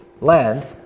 land